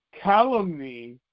calumny